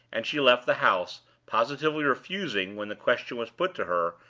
and she left the house, positively refusing, when the question was put to her,